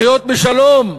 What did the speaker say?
לחיות בשלום,